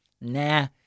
nah